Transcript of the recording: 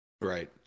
Right